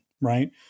right